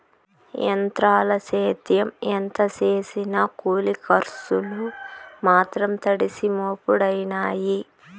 ఎంత్రాల సేద్యం ఎంత సేసినా కూలి కర్సులు మాత్రం తడిసి మోపుడయినాయి